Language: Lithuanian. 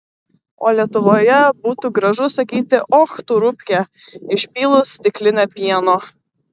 o lietuvoje būtų gražu sakyti och tu rupke išpylus stiklinę pieno